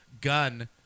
gun